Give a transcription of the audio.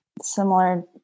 Similar